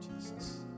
Jesus